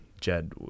jed